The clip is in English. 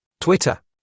Twitter